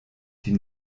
die